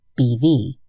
BV